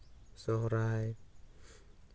ᱥᱚᱦᱚᱨᱟᱭ